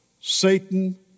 Satan